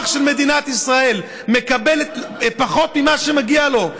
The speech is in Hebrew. של מדינת ישראל מקבל פחות ממה שמגיע לו,